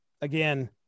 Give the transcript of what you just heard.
Again